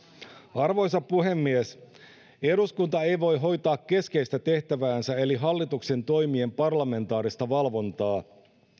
arvoisa puhemies eduskunta ei voi hoitaa keskeistä tehtäväänsä eli hallituksen toimien parlamentaarista valvontaa